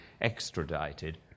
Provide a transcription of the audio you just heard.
extradited